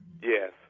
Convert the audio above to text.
Yes